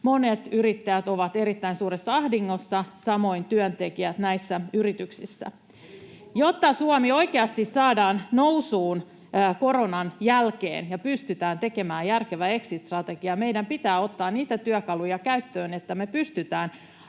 Monet yrittäjät ovat erittäin suuressa ahdingossa, samoin työntekijät näissä yrityksissä. [Aki Lindénin välihuuto] Jotta Suomi oikeasti saadaan nousuun koronan jälkeen ja pystytään tekemään järkevä exit-strategia, meidän pitää ottaa käyttöön niitä työkaluja, joilla me pystytään